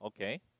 Okay